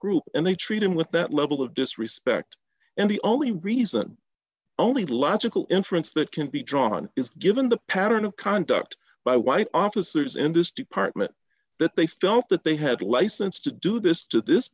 group and they treat him with that level of disrespect and the only reason only logical inference that can be drawn is given the pattern of conduct by white officers in this department that they felt that they had license to do this to this